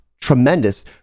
tremendous